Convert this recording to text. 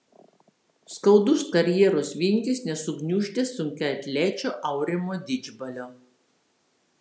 skaudus karjeros vingis nesugniuždė sunkiaatlečio aurimo didžbalio